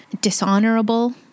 dishonorable